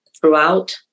throughout